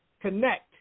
connect